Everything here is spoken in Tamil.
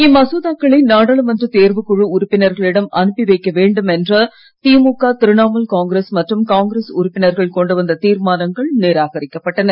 இம்மசோதாக்களை நாடாளுமன்ற தேர்வுகுழு உறுப்பினர்களிடம் அனுப்பி வைக்க வேண்டும் என்று திமுக திரிணாமூல் காங்கிரஸ் மற்றும் காங்கிரஸ் உறுப்பினர்கள் கொண்டு வந்த தீர்மானங்கள் நிராகரிக்கப்பட்டன